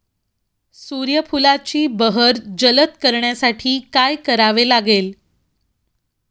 सूर्यफुलाची बहर जलद करण्यासाठी काय करावे लागेल?